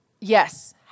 yes